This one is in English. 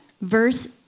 verse